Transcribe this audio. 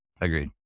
Agreed